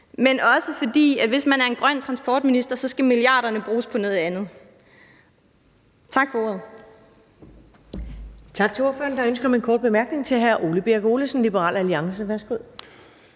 men også fordi hvis man er en grøn transportminister, skal milliarderne bruges på noget andet. Tak for ordet.